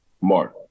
Mark